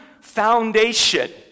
foundation